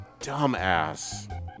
dumbass